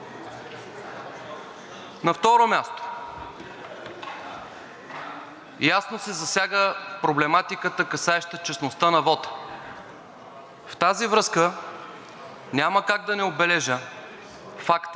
На второ място, ясно се засяга проблематиката, касаеща честността на вота. В тази връзка няма как да не отбележа факта,